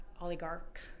oligarch